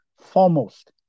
foremost